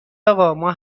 اقا، ما